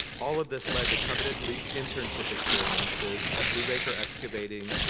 all of this led to coveted like internship experiences at brubacher excavating,